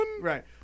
Right